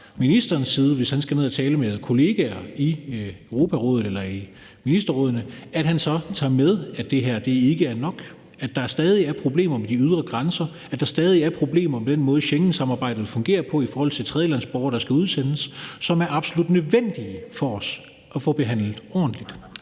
ministerens side, hvis han skal ned at tale med kollegaer i Europarådet eller i ministerrådene, tager med, at det her ikke er nok. Der er stadig problemer ved de ydre grænser, og der er stadig problemer med den måde, Schengensamarbejdet fungerer på i forhold til tredjelandsborgere, der skal udsendes – det er absolut nødvendigt for os at få behandlet dem ordentligt.